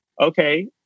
Okay